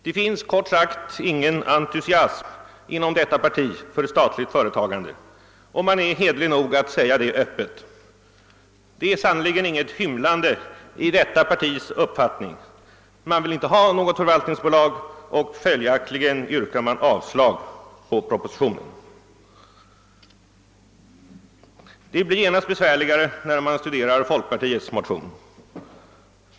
Det finns, kort sagt, inom detta parti ingen entusiasm för statligt företagande, och man är hederlig nog att säga det öppet. Det är sannerligen inte något hymlande i det partiets uppfattning: man vill inte ha något förvaltningsbolag, och följaktligen yrkar man avslag på propositionen. Det blir genast besvärligare när man studerar folkpartiets motion.